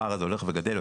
הפער הזה הולך וגדל,